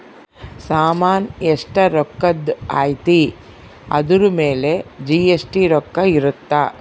ಸಾಮನ್ ಎಸ್ಟ ರೊಕ್ಕಧ್ ಅಯ್ತಿ ಅದುರ್ ಮೇಲೆ ಜಿ.ಎಸ್.ಟಿ ರೊಕ್ಕ ಇರುತ್ತ